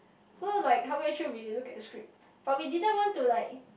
so like halfway through we look at the script but we didn't want to like